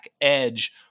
edge